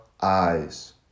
eyes